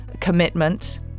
commitment